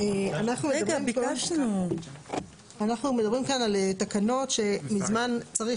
אנחנו מדברים כאן על תקנות שמזמן היה צריך